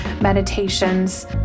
meditations